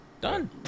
Done